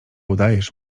udajesz